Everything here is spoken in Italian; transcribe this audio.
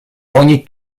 ogni